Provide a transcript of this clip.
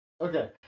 Okay